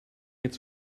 its